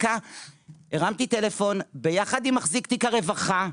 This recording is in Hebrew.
הרמתי טלפון ביחד עם מחזיק תיק הרווחה,